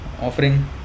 offering